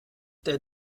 der